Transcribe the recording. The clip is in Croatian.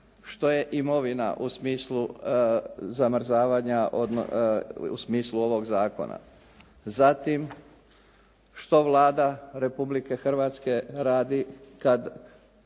što je imovina u smislu zamrzavanja u smislu ovog zakona, zatim što Vlada Republike Hrvatske radi kad